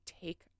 take